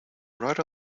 right